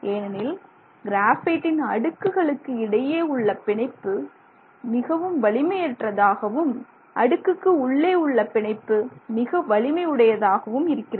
ஏனெனில் கிராபைட்டின் அடுக்குகளுக்கு இடையே உள்ள பிணைப்பு மிகவும் வலிமையற்றதாகவும் அடுக்குக்கு உள்ளே உள்ள பிணைப்பு மிக வலிமை உடையதாகவும் இருக்கிறது